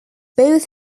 both